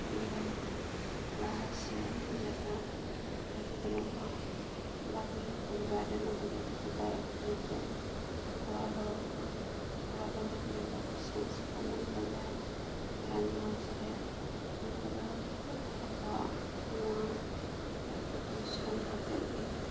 ᱤᱭᱟᱹ ᱞᱟᱦᱮᱥᱮᱫ ᱡᱮᱴᱟ ᱚᱠᱚᱭ ᱠᱚᱫᱚ ᱱᱚᱝᱠᱟ ᱵᱷᱟᱜᱮ ᱯᱚᱨᱤᱵᱟᱨ ᱠᱚ ᱛᱟᱦᱮᱸᱱ ᱛᱮ ᱟᱠᱚᱣᱟᱜ ᱨᱚᱲ ᱠᱚ ᱦᱚᱨᱚᱜ ᱵᱟᱸᱫᱮ ᱠᱚ ᱡᱚᱛᱚ ᱠᱚ ᱪᱮᱸᱡᱽ ᱠᱮᱫᱟ ᱢᱮᱱᱠᱷᱟᱱ ᱡᱟᱦᱟᱸᱭ ᱜᱽᱨᱟᱢ ᱜᱚᱸᱡᱽ ᱨᱮ ᱩᱱᱠᱩ ᱫᱚ ᱟᱠᱚᱣᱟᱜ ᱱᱚᱣᱟ ᱮᱠᱴᱩ ᱯᱚᱨᱤᱥᱨᱚᱢ ᱠᱟᱛᱮᱜ ᱜᱮ